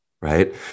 Right